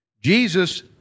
Jesus